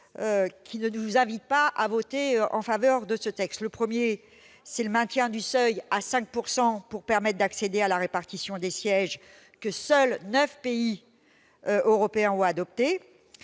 ne nous invitent pas à voter en sa faveur. Le premier, c'est le maintien du seuil de 5 % pour accéder à la répartition des sièges, que seuls neuf pays européens ont adopté,